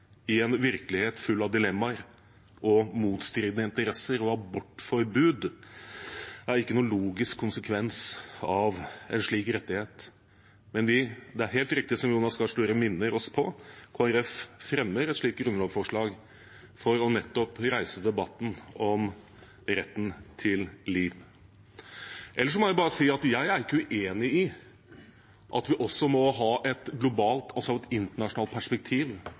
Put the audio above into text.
i en virkelighet full av dilemmaer og motstridende interesser, og abortforbud er ikke noen logisk konsekvens av en slik rettighet. Men det er helt riktig, som Jonas Gahr Støre minner oss på, at Kristelig Folkeparti fremmer et slikt grunnlovsforslag nettopp for å reise debatten om retten til liv. Ellers må jeg bare si at jeg ikke er uenig i at vi også må ha et globalt, altså internasjonalt, perspektiv